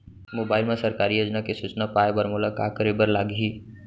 mobile मा सरकारी योजना के सूचना पाए बर मोला का करे बर लागही